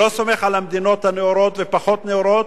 לא סומך על המדינות הנאורות והפחות נאורות?